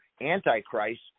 Antichrist